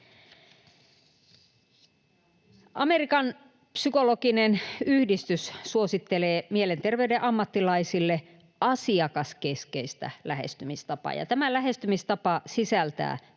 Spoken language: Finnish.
Amerikan psykologinen yhdistys suosittelee mielenterveyden ammattilaisille asiakaskeskeistä lähestymistapaa — ja tämä lähestymistapa sisältää myötätuntoa